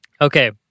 Okay